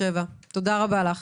תודה רבה לך.